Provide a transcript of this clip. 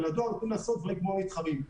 ולדואר נותנים לעשות דברים כמו המתחרים.